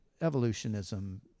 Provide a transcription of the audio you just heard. evolutionism